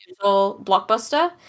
blockbuster